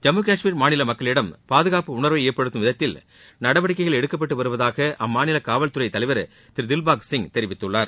ஜம்மு கஷ்மீர் மாநில மக்களிடம் பாதுகாப்பு உணர்வை ஏற்படுத்தும் விதத்தில் நடவடிக்கைகள் எடுக்கப்பட்டு வருவதாக அம்மாநில காவல் துறை தலைவர் திரு தில்பாக் சிங் தெரிவித்துள்ளார்